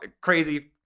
crazy